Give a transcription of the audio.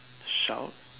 shout